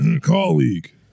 Colleague